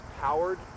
powered